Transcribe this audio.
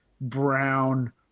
brown